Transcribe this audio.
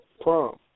prom